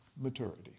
maturity